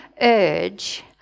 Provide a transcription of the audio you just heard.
urge